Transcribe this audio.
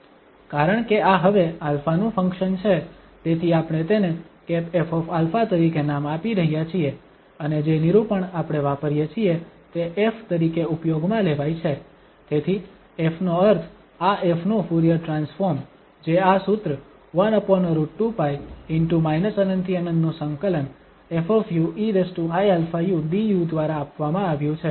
કારણ કે આ હવે α નું ફંક્શન છે તેથી આપણે તેને ƒα તરીકે નામ આપી રહ્યા છીએ અને જે નિરૂપણ આપણે વાપરીએ છીએ તે F તરીકે ઉપયોગમાં લેવાય છે તેથી F નો અર્થ આ 𝑓 નું ફુરીયર ટ્રાન્સફોર્મ જે આ સૂત્ર 1√2π ✕∞∫∞ 𝑓eiαu du દ્વારા આપવામાં આવ્યું છે